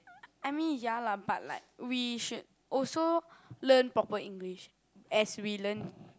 I mean ya lah but like we should also learn proper English as we learn